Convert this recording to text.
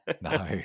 No